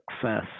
success